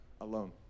alone